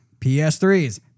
PS3s